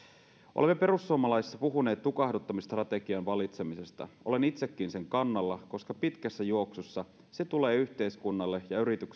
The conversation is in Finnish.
olemme perussuomalaisissa puhuneet tukahduttamisstrategian valitsemisesta olen itsekin sen kannalla koska pitkässä juoksussa se tulee yhteiskunnalle ja yrityksille